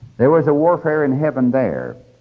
there was a warfare in heaven there,